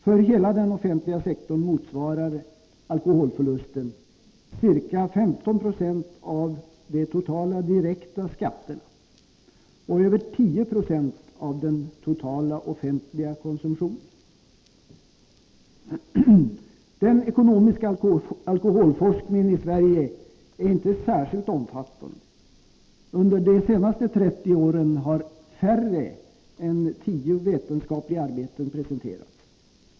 För hela den offentliga sektorn motsvarar ”alkoholförlusten” ca 15 96 av de totala direkta skatterna och över 10 96 av den totala offentliga konsumtionen. Den ekonomiska alkoholforskningen i Sverige är inte särskilt omfattande. Under de senaste 30 åren har mindre än tio vetenskapliga arbeten presenterats.